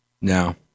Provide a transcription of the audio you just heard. No